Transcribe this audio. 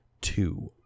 two